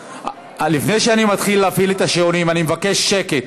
לפני שאני מתחיל להפעיל את השעונים, אני מבקש שקט.